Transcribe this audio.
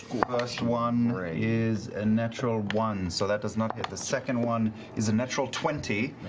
first one is a natural one, so that does not hit. the second one is a natural twenty.